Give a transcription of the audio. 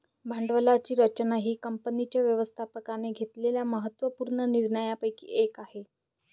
भांडवलाची रचना ही कंपनीच्या व्यवस्थापकाने घेतलेल्या महत्त्व पूर्ण निर्णयांपैकी एक आहे